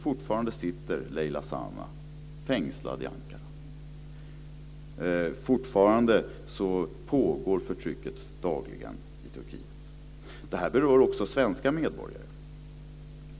Fortfarande sitter Leyla Zana fängslad i Ankara. Fortfarande pågår förtrycket dagligen i Turkiet. Detta berör också svenska medborgare.